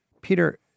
Peter